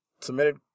submitted